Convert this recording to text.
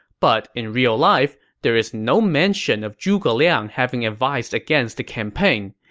but in real life, there is no mention of zhuge liang having advised against the campaign.